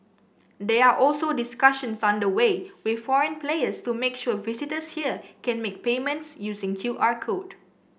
there are also discussions under way with foreign players to make sure visitors here can make payments using Q R code